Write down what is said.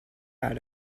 out